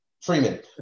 Freeman